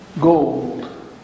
gold